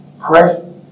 pray